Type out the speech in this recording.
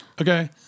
Okay